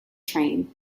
train